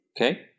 okay